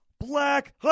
Black